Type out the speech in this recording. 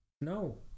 No